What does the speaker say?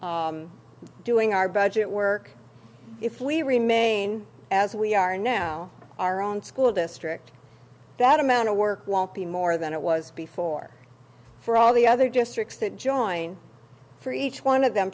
doing our budget work if we remain as we are now our own school district that amount of work won't be more than it was before for all the other districts that join for each one of them